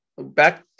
back